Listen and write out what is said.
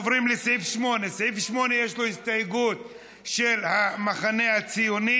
עוברים לסעיף 8. לסעיף 8 יש הסתייגות של חברי הכנסת יצחק הרצוג,